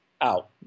out